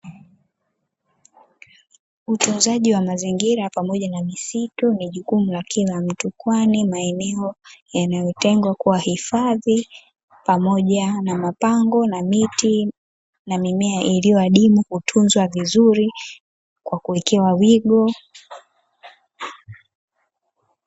Utunzaji wa mazingira pamoja na misitu ni jukumu la kila mtu, kwani maeneo yanayotengwa kuwa hifadhi pamoja na mapango na miti na mimea iliyo adimu, hutunzwa vizuri kwa kuwekewa wigo.